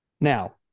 Now